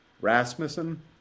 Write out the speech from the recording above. Rasmussen